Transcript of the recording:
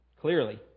Clearly